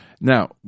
Now